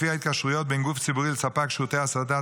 לפי ההתקשרויות בין גוף ציבורי לספק שירותי הסעדה,